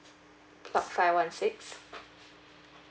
block five one six